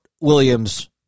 Williams